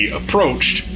approached